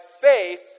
faith